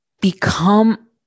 become